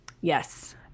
Yes